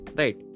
right